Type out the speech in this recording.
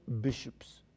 bishops